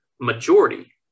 majority